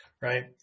right